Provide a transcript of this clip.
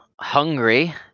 hungry